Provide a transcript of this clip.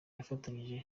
yafatanyije